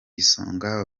isonga